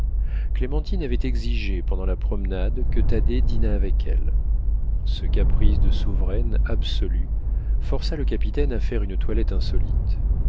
clémentine avait exigé pendant la promenade que thaddée dînât avec elle ce caprice de souveraine absolue força le capitaine à faire une toilette insolite